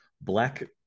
black